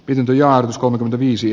pientä ja uskomatonta viisi